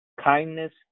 kindness